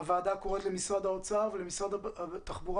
הוועדה קוראת למשרד האוצר ולמשרד התחבורה